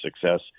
success